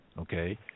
okay